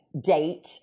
Date